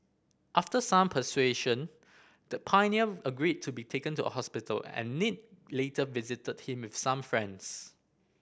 after some persuasion the pioneer agreed to be taken to hospital and Nick later visited him with some friends